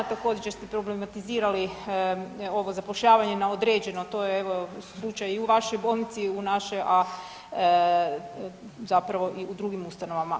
Također ste problematizirali ovo zapošljavanje na određeno, to je evo, slučaj i u vašoj bolnici i u našoj, a zapravo i u drugim ustanovama.